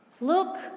look